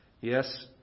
Yes